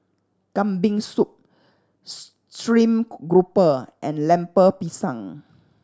Kambing Soup stream grouper and Lemper Pisang